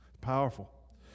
Powerful